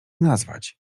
nazwać